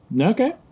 Okay